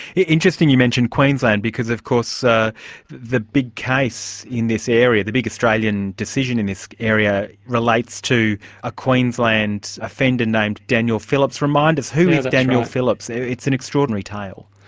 interesting you mentioned queensland, because of course ah the big case in this area, the big australian decision in this area relates to a queensland offender named daniel phillips. remind us, who is daniel phillips? it's an extraordinary tale.